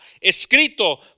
escrito